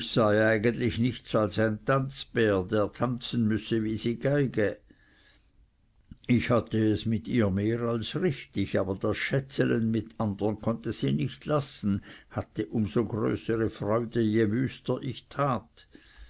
sei eigentlich nichts als ein tanzbär der tanzen müsse wie sie geige ich hatte es mit ihr mehr als richtig aber das schätzeln mit andern konnte sie nicht lassen hatte um so größere freude je wüster ich tat